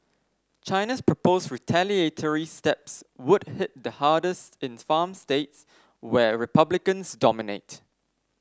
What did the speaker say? China's proposed retaliatory steps would hit the hardest in farm states where Republicans dominate